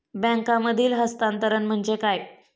बँकांमधील हस्तांतरण म्हणजे काय?